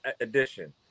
edition